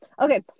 okay